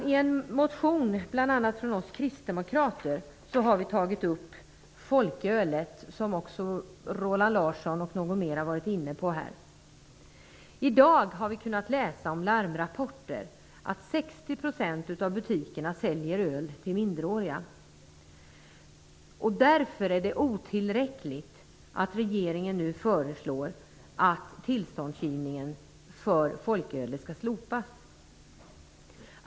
I en motion väckt av bl.a. vi kristdemokrater har vi tagit upp frågan om folkölet, som bl.a. Roland Larsson har diskuterat. I dag har vi kunnat läsa i larmrapporter att 60 % av butikerna säljer öl till minderåriga. Därför är det otillräckligt att regeringen föreslår att tillståndsgivningen för folköl skall slopas.